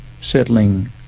settling